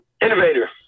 innovator